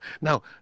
Now